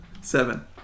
Seven